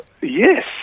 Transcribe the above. Yes